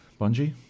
Bungie